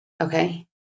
Okay